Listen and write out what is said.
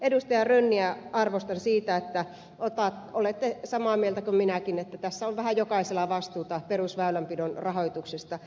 rönniä arvostan siitä että olette samaa mieltä kuin minäkin että tässä on vähän jokaisella vastuuta perusväylänpidon rahoituksesta